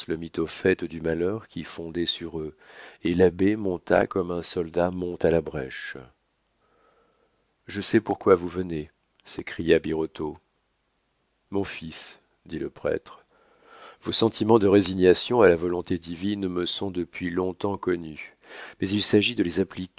du malheur qui fondait sur eux et l'abbé monta comme un soldat monte à la brèche je sais pourquoi vous venez s'écria birotteau mon fils dit le prêtre vos sentiments de résignation à la volonté divine me sont depuis long-temps connus mais il s'agit de les